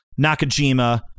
Nakajima